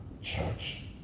church